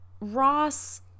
Ross